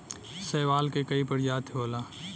शैवाल के कई प्रजाति होला